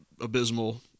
abysmal